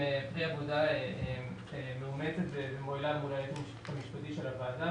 הם פרי עבודה מאומצת ומועילה מול הייעוץ המשפטי של הוועדה